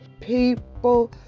people